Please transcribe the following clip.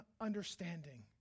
understanding